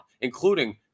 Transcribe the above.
including